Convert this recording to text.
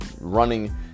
running